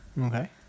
Okay